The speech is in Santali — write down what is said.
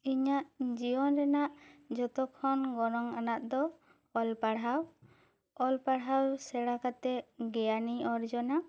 ᱤᱧᱟᱹᱜ ᱡᱤᱭᱚᱱ ᱨᱮᱱᱟᱜ ᱡᱷᱚᱛᱚ ᱠᱷᱚᱱ ᱜᱚᱱᱚᱝ ᱟᱱᱟᱜ ᱫᱚ ᱚᱞ ᱯᱟᱲᱦᱟᱣ ᱚᱞ ᱯᱟᱲᱦᱟᱣ ᱥᱮᱬᱟ ᱠᱟᱛᱮ ᱜᱮᱭᱟᱱᱤᱧ ᱚᱨᱡᱚᱱᱟ